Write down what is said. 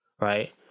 right